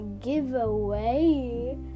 giveaway